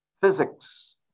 physics